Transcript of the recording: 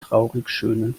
traurigschönen